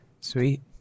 Sweet